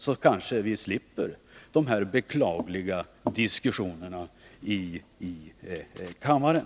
Då slipper vi kanske dessa beklagliga diskussioner i kammaren.